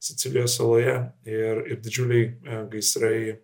sicilijos saloje ir ir didžiuliai gaisrai